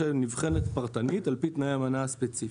שנבחנת פרטנית על פי תנאי האמנה הספציפית.